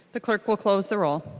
the clerk will close the roll.